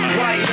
White